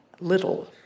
little